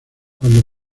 cuando